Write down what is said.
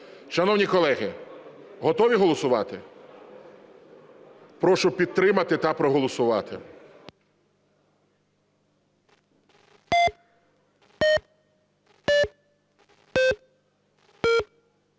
Шановні колеги, готові голосувати? Прошу підтримати та проголосувати.